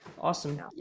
Awesome